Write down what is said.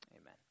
Amen